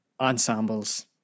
ensembles